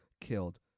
killed